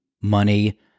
money